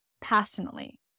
passionately